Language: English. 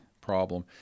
problem